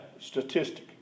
Statistic